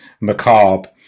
macabre